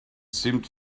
seemed